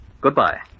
Goodbye